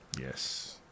Yes